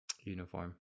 uniform